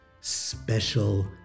special